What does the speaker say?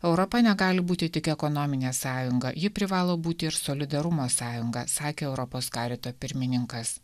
europa negali būti tik ekonominė sąjunga ji privalo būti ir solidarumo sąjunga sakė europos karito pirmininkas